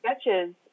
sketches